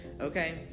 okay